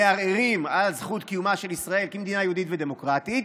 מערערים על זכות קיומה של מדינת ישראל כמדינה יהודית ודמוקרטית,